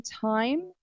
time